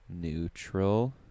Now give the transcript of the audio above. Neutral